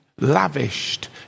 lavished